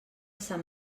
sant